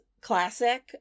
Classic